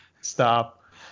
stop